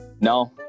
No